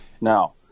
Now